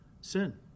sin